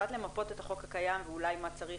אחת למפות את הקיים ואולי מה צריך,